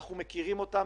אנחנו מכירים אותם,